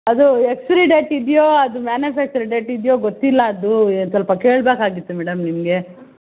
ಅದು expiry date ಇದೆಯೋ ಅದು ಮ್ಯಾನುಫ್ಯಾಕ್ಚರಿಂಗ್ ಡೇಟ್ ಇದೆಯೋ ಗೊತ್ತಿಲ್ಲ ಅದು ಸ್ವಲ್ಪ ಕೇಳಬೇಕಾಗಿತ್ತು ಮೇಡಮ್ ನಿಮಗೆ